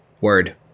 Word